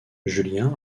julien